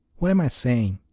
what am i saying!